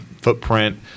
footprint